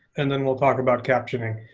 and then we'll talk about captioning.